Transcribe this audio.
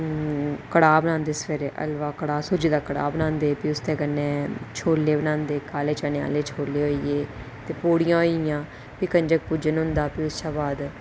कढ़ा बनांदे सवेरै हल्वा कढ़ा सूजी दा कढ़ा बनांदे प्ही उस दे कन्नै छोले बनांदे काले चने आह्ले छोले होई गे ते पूड़ियां होई गेइयां फ्ही कंजक पूजन होंदा